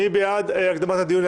מי בעד הקדמת הדיון?